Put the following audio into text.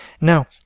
Now